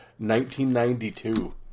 1992